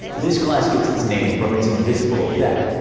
this class gets its name from its invisible effect,